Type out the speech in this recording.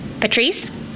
Patrice